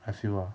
I feel lah